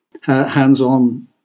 hands-on